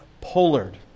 Pollard